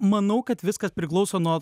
manau kad viskas priklauso nuo